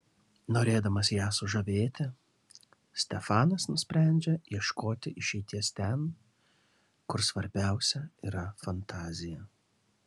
norėdamas ją sužavėti stefanas nusprendžia ieškoti išeities ten kur svarbiausia yra fantazija